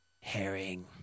herring